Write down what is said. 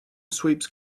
sweeps